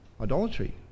Idolatry